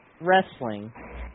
Wrestling